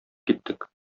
киттек